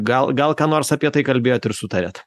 gal gal ką nors apie tai kalbėjot ir sutarėt